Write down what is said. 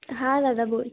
हां दादा बोल